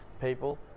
people